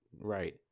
Right